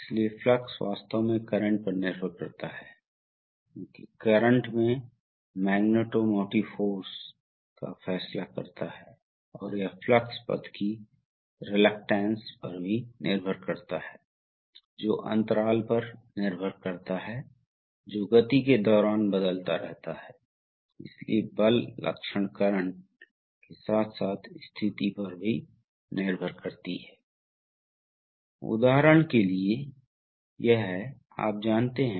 इसलिए हम अगले उदाहरण को देखते हैं अब हम चाहते हैं हम कुछ विशेष चीजें करना चाहते हैं जिन्हें हम सहेजना चाहते हैं कभी कभी ऐसा होता है जैसा कि मैंने कहा कि विस्तार स्ट्रोक के दौरान आप वास्तव में लोड के खिलाफ कड़ी मेहनत कर रहे हैं तो आप इसे धीरे धीरे करना चाहते हैं